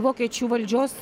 vokiečių valdžios